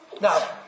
Now